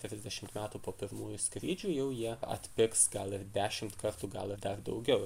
trisdešimt metų po pirmųjų skrydžių jau jie atpigs gal ir dešimt kartų gal ir dar daugiau